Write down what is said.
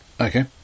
Okay